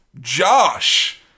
Josh